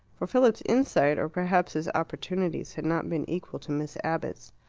for philip's insight, or perhaps his opportunities, had not been equal to miss abbott's.